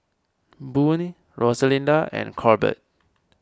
Boone Rosalinda and Corbett